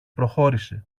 προχώρησε